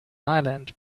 island